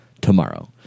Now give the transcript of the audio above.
tomorrow